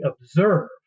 observe